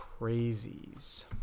Crazies